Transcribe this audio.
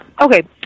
Okay